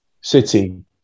city